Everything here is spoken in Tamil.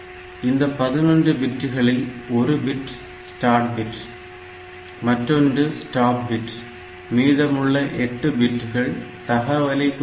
இந்த 11 பிட்டுகளில் 1 பிட் ஸ்டார்ட் பிட் மற்றொன்று ஸ்டாப் பிட் மீதமுள்ள 8 பிட்கள் தகவலை குறிக்கிறது